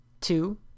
two